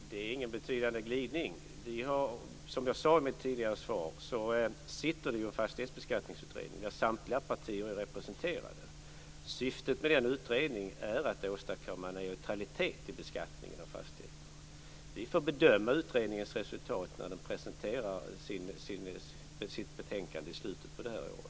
Fru talman! Det är ingen betydande glidning. Som jag sade i mitt tidigare svar sitter det en fastighetsbeskattningsutredning där samtliga partier är representerade. Syftet med den utredningen är att åstadkomma en neutralitet i beskattningen av fastigheter. Vi får bedöma utredningens resultat när den presenterar sitt betänkande i slutet av det här året.